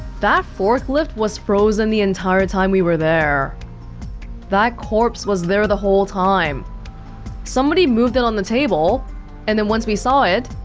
that forklift was frozen the entire time we were there that corpse was there the whole time somebody moved it on the table and then once we saw it,